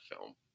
film